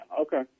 Okay